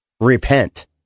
repent